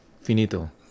Finito